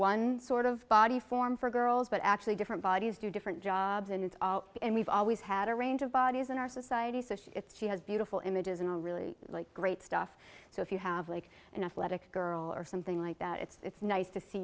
one sort of body form for girls but actually different bodies do different jobs and we've always had a range of bodies in our society so it's she has beautiful images in a really great stuff so if you have like an athletic girl or something like that it's nice to see